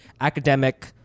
academic